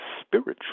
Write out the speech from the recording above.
spiritual